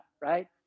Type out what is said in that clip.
right